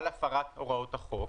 על הפרת הוראות החוק,